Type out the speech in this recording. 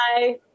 Bye